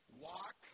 walk